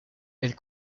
elle